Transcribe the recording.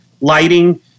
lighting